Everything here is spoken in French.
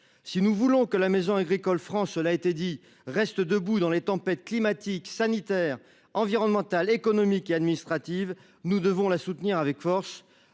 si nous voulons que la maison agricole France a été dit reste debout dans les tempêtes climatiques, sanitaires, environnementales, économiques et administratives. Nous devons la soutenir avec force.